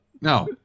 No